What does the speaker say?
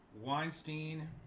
Weinstein